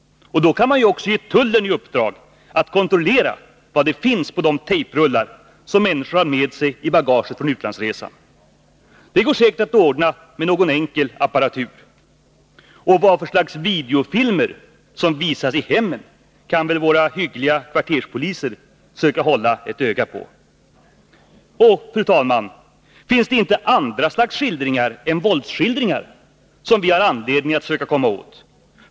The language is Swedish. Och då kan man ju också ge tullen i uppdrag att kontrollera vad det finns på de tejprullar som människor har med sig i bagaget från utlandsresan. Det går säkert att ordna med någon enkel apparatur. Och vad för slags videofilmer som visas i hemmen kan väl våra hyggliga kvarterspoliser söka hålla ett öga på. Och, fru talman, finns det inte andra slags skildringar än våldsskildringar som vi har anledning att söka komma åt?